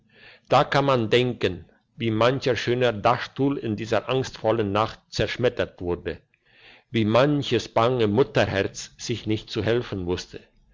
da kann man denken wie mancher schöne dachstuhl in dieser angstvollen nacht zerschmettert wurde wie manches bange mutterherz sich nicht zu helfen wusste